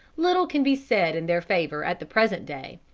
little can be said in their favour at the present day,